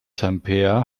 tampere